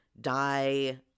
die